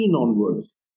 onwards